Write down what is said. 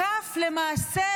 למעשה,